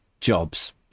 jobs